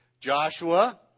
Joshua